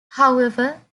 however